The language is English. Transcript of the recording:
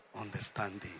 Understanding